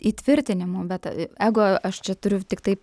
įtvirtinimu bet ego aš čia turiu tiktai